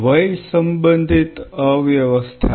વય સંબંધિત અવ્યવસ્થા